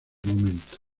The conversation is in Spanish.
momento